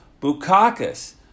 Bukakis